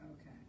Okay